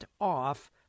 off